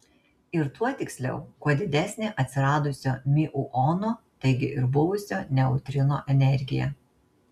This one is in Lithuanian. ir tuo tiksliau kuo didesnė atsiradusio miuono taigi ir buvusio neutrino energija